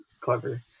clever